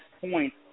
point